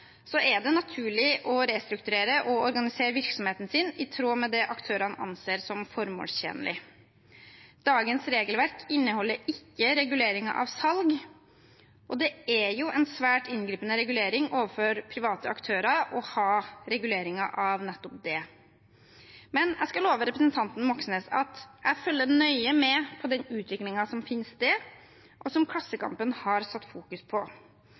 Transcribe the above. er det naturlig å restrukturere og organisere virksomheten sin i tråd med det aktørene anser som formålstjenlig. Dagens regelverk inneholder ikke reguleringer av salg, og det er jo en svært inngripende regulering overfor private aktører å ha reguleringer av nettopp det. Jeg skal love representanten Moxnes at jeg følger nøye med på den utviklingen som finner sted, og som Klassekampen har fokusert på.